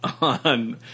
on